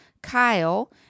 kyle